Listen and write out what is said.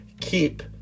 keep